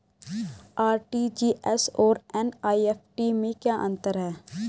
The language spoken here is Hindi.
आर.टी.जी.एस और एन.ई.एफ.टी में क्या अंतर है?